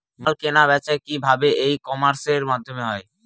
মাল কেনাবেচা কি ভাবে ই কমার্সের মাধ্যমে হয়?